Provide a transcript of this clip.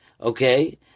Okay